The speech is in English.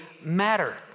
matter